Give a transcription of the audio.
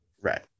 Right